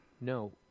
No